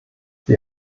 sie